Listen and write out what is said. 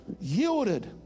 Yielded